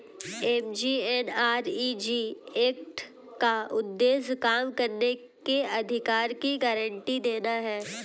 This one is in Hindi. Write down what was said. एम.जी.एन.आर.इ.जी एक्ट का उद्देश्य काम करने के अधिकार की गारंटी देना है